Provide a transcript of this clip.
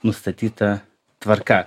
nustatyta tvarka